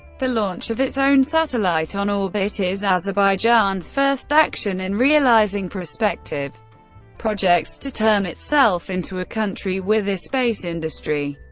the launch of its own satellite on orbit is azerbaijan's first action in realizing prospective projects projects to turn itself into a country with a space industry.